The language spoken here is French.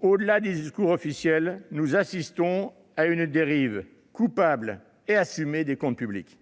Au-delà des discours officiels, nous assistons à une dérive coupable et assumée des comptes publics.